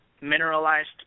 mineralized